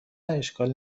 اشکالی